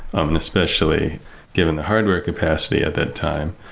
um and especially given the hardware capacity at that time.